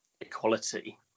equality